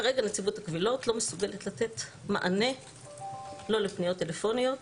כרגע נציבות הקבילות לא מסוגלת לתת מענה לא לפניות טלפוניות